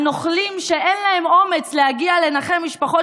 הנוכלים שאין להם אומץ להגיע לנחם משפחות